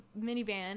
minivan